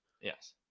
yes